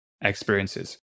experiences